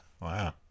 Wow